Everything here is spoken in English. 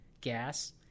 gas